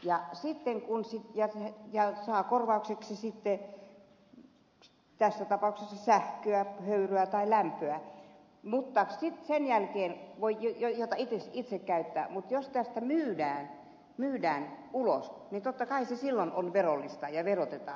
ja sitten kun aiheutuneet kustannukset ja saa korvaukseksi sitten tässä tapauksessa sähköä höyryä tai lämpöä jota itse käyttää mutta sitten sen jälkeen jos tätä myydään ulos niin totta kai se silloin on verollista ja verotetaan